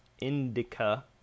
Indica